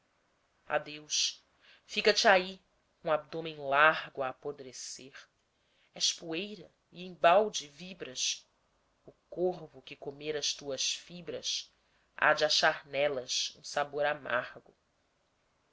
heterogêneo adeus fica-te aí com o abdômen largo a apodrecer és poeira e embalde vibras o corvo que comer as tuas fibras há de achar nelas um sabor amargo